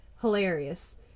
hilarious